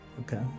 Okay